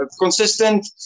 consistent